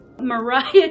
Mariah